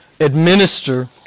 administer